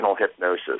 hypnosis